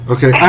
Okay